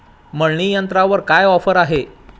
मळणी यंत्रावर काय ऑफर आहे?